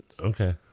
okay